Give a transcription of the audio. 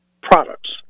products